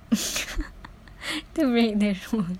to break the rule